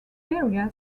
area